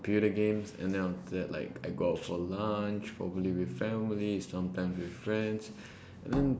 computer games and then after that like I go out for lunch probably with family sometimes with friends and then